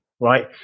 right